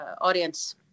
audience